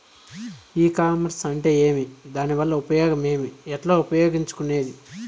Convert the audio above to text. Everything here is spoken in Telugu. ఈ కామర్స్ అంటే ఏమి దానివల్ల ఉపయోగం ఏమి, ఎట్లా ఉపయోగించుకునేది?